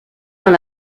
dans